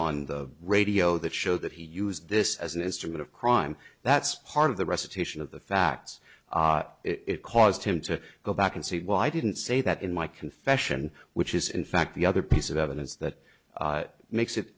on the radio that show that he used this as an instrument of crime that's part of the recitation of the facts it caused him to go back and see why i didn't say that in my confession which is in fact the other piece of evidence that makes it